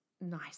nice